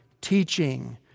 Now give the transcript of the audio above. teaching